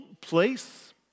place